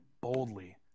boldly